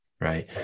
right